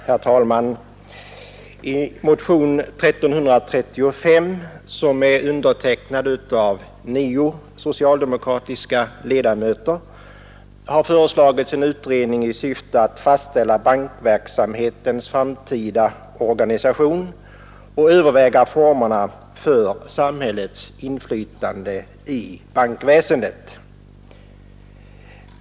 Herr talman! I motionen 1335, som är undertecknad av nio socialdemokratiska ledamöter, har föreslagits en utredning i syfte att fastställa bankverksamhetens framtida organisation och överväga formerna för samhällets inflytande i bankväsendet.